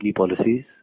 policies